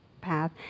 path